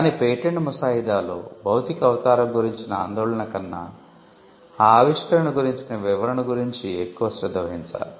కానీ పేటెంట్ ముసాయిదాలో భౌతిక అవతారం గురించిన ఆందోళన కన్నా ఆ ఆవిష్కరణ గురించిన వివరణ గురించి ఎక్కువ శ్రద్ధ వహించాలి